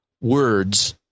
words